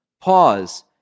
pause